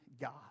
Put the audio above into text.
God